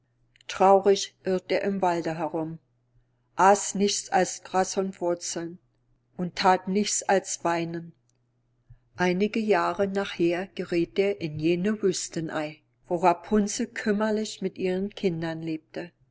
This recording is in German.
traurig irrte er im wald herum aß nichts als gras und wurzeln und that nichts als weinen einige jahre nachher geräth er in jene wüstenei wo rapunzel kümmerlich mit ihren kindern lebte